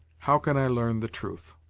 how can i learn the truth?